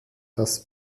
das